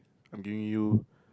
I'm giving you